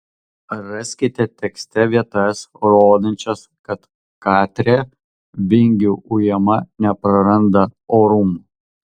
raskite tekste vietas rodančias kad katrė vingių ujama nepraranda orumo